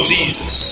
Jesus